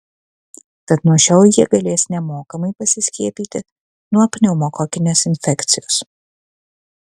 tad nuo šiol jie galės nemokamai pasiskiepyti nuo pneumokokinės infekcijos